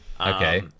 okay